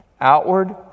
Outward